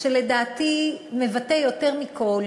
שלדעתי מבטא יותר מכול